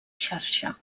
xarxa